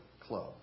Club